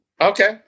Okay